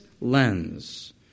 lens